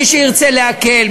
מי שירצה להקל,